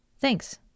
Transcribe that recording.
Thanks